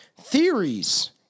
theories